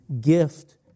gift